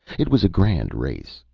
it was a grand race.